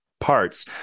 parts